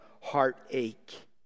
heartache